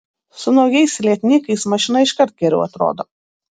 su naujais lietnykais mašina iškart geriau atrodo